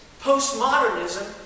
Postmodernism